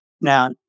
Now